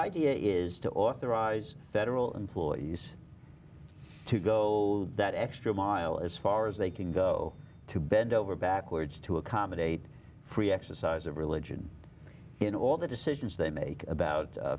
idea is to authorize federal employees to go that extra mile as far as they can go to bend over backwards to accommodate free exercise of religion in all the decisions they make about